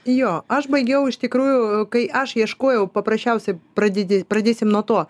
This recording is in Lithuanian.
jo aš baigiau iš tikrųjų kai aš ieškojau paprasčiausiai pradedi pradėsim nuo to